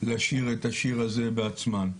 לשיר את השיר הזה בעצמן.